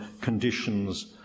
conditions